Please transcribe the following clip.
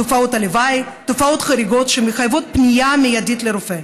תופעות לוואי ותופעות חריגות שמחייבות פנייה מיידית לרופא.